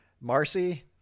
Marcy